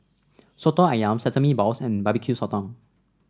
Soto ayam Sesame Balls and Barbecue Sotong